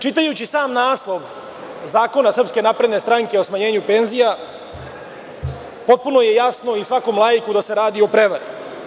Čitajući sam naslov zakona SNS o smanjenju penzija, potpuno je jasno i svakom laiku da se radi o prevari.